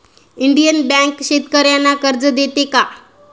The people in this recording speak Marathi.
इंडियन बँक शेतकर्यांना कर्ज देते का?